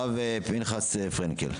הרב פנחס פרנקל.